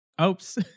Oops